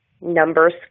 numbers